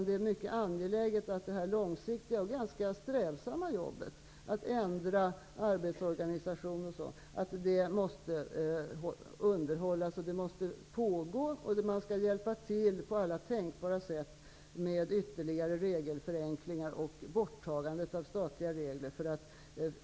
Det är mycket angeläget att man underhåller detta långsiktiga och ganska strävsamma jobb för att ändra arbetsorganisation osv. Det skall stödjas på alla tänkbara sätt, med ytterligare regelförenklingar och borttagande av statliga regler.